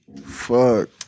Fuck